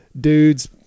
dudes